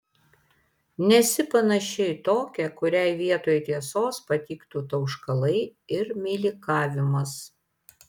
nesi panaši į tokią kuriai vietoj tiesos patiktų tauškalai ir meilikavimas